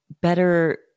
better